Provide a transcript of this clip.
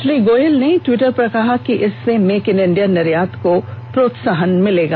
श्री गोयल ने ट्वीटर पर कहा कि इससे मेक इन इंडिया निर्यात को प्रोत्साहन मिलेगा